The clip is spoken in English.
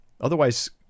Otherwise